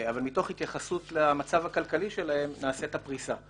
אבל מתוך התייחסות למצב הכלכלי שלהם נעשית את הפריסה.